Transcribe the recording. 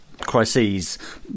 crises